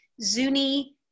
Zuni